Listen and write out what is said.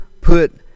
put